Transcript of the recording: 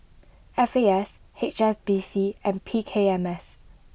F A S H S B C and P K M S